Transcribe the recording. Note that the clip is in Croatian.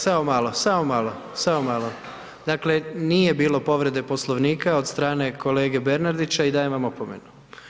Samo malo, samo malo, dakle nije bilo povrede Poslovnika od strane kolege Bernardića i dajem vam opomenu.